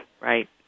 Right